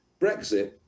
Brexit